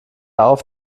auf